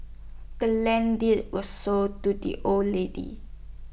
the land deed was sold to the old lady